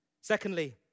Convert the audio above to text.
Secondly